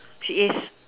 she is